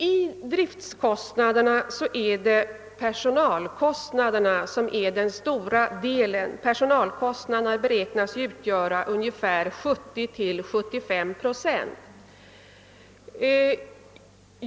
Av driftkostnaderna utgör personalkostnaderna den största delen. Personalkostnaderna beräknas uppgå till ungefär 70—75 procent.